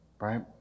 right